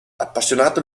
appassionato